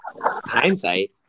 Hindsight